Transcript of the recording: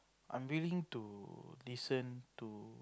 I'm willing to listen to